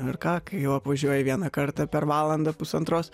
ir ką kai jau atvažiuoji į vieną kartą per valandą pusantros